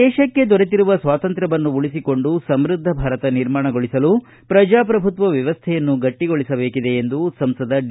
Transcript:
ದೇಶಕ್ಕೆ ದೊರೆತಿರುವ ಸ್ವಾತಂತ್ರ್ಯವನ್ನು ಉಳಿಸಿಕೊಂಡು ಸಮ್ಕದ್ದ ಭಾರತವನ್ನು ನಿರ್ಮಾಣಗೊಳಿಸಲು ಪ್ರಜಾಪ್ರಭುತ್ವ ವ್ಯವಸ್ವೆಯನ್ನು ಗಟ್ಟಗೊಳಿಸಬೇಕಾಗಿದೆ ಎಂದು ಸಂಸದ ಡಿ